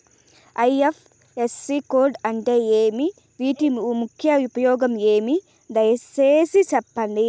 IFSC code అంటే ఏమి? వీటి ముఖ్య ఉపయోగం ఏమి? దయసేసి సెప్పండి?